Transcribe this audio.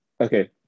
Okay